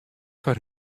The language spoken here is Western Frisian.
foar